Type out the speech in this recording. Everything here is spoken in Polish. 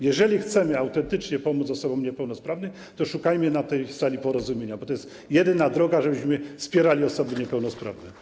Jeżeli chcemy autentycznie pomóc osobom niepełnosprawnym, to szukajmy na tej sali porozumienia, bo to jest jedyna droga, żebyśmy wspierali osoby niepełnosprawne.